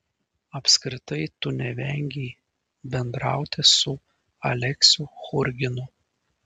apskritai tu nevengei bendrauti su aleksiu churginu